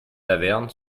taverne